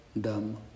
dumb